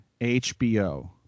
HBO